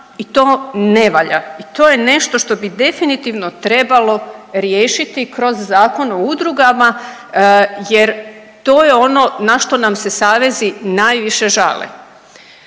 i to ne valja i to je nešto što bi definitivno trebalo riješiti kroz Zakon o udrugama jer to je ono na što nam se savezi najviše žale.